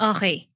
Okay